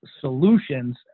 solutions